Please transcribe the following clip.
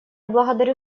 благодарю